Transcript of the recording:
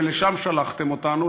ולשם שלחתם אותנו,